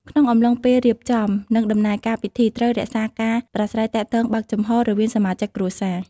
ក្នុងអំឡុងពេលរៀបចំ និងដំណើរការពិធី ត្រូវ រក្សាការប្រាស្រ័យទាក់ទងបើកចំហ រវាងសមាជិកគ្រួសារ។